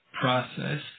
process